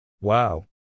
Wow